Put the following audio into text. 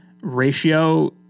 ratio